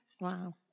Wow